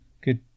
Good